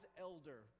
elder